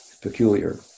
peculiar